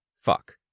fuck